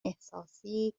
احساسی